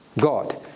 God